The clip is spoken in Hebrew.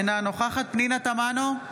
אינה נוכחת פנינה תמנו,